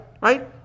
right